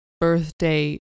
birthday